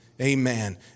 amen